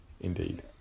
Indeed